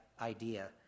idea